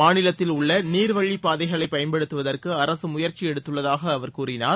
மாநிலத்தில் உள்ள நீர்வழிப் பாதைகளைப் பயன்படுத்துவதற்கு அரசு முயற்சி எடுத்துள்ளதாக அவர் கூறினார்